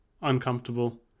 uncomfortable